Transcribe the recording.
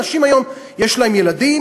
אנשים היום, יש להם ילדים,